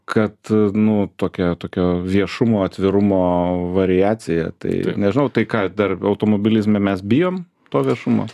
kad nu tokia tokio viešumo atvirumo variacija tai nežinau tai ką dar automobilizme mes bijom to viešumo